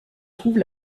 trouve